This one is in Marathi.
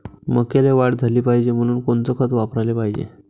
मक्याले वाढ झाली पाहिजे म्हनून कोनचे खतं वापराले लागन?